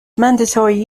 mandatory